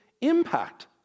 impact